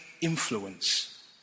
influence